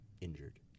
injured